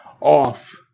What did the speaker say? off